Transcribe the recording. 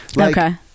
Okay